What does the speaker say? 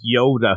Yoda